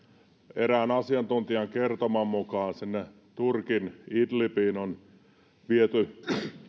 erään asiantuntijan kertoman mukaan sinne turkin idlibiin on viety